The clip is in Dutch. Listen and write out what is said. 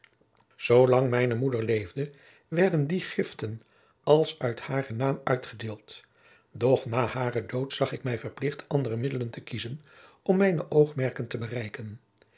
zoolang mijne moeder leefde werden die giften als uit haren naam uitgedeeld doch na haren dood zag ik mij verplicht andere middelen te kiezen om mijne oogmerken te bereiken